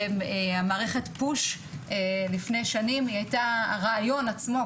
מערכת פוש לפני שנים כמובן הרעיון עצמו,